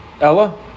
Ella